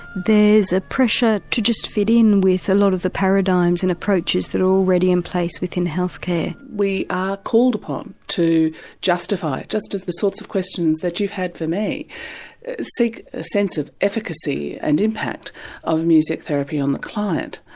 there's a pressure to just fit in with a lot of the paradigms and approaches that are already in place within health care. we are called upon to justify it just as the sorts of questions that you've had for me seek a sense of efficacy and impact of music therapy on the client.